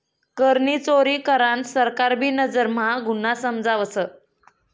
करनी चोरी करान सरकार भी नजर म्हा गुन्हा समजावस